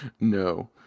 No